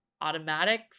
automatic